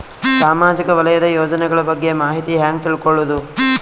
ಸಾಮಾಜಿಕ ವಲಯದ ಯೋಜನೆಗಳ ಬಗ್ಗೆ ಮಾಹಿತಿ ಹ್ಯಾಂಗ ತಿಳ್ಕೊಳ್ಳುದು?